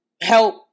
help